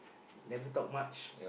never talk much